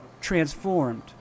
transformed